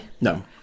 No